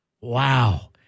wow